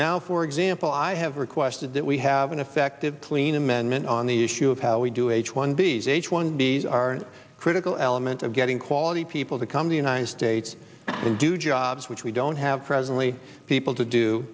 now for example i have requested that we have an effective clean amendment on the issue of how we do h one b s h one b s are critical element of getting quality people to come to united states and do jobs which we don't have presently people to do